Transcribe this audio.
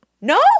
No